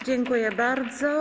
Dziękuję bardzo.